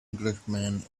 englishman